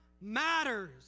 matters